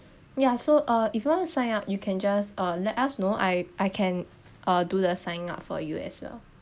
ya so uh if you want to sign up you can just uh let us know I I can uh do the sign up for you as well